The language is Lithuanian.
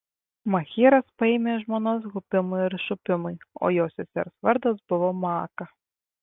machyras paėmė žmonas hupimui ir šupimui o jo sesers vardas buvo maaka